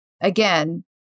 again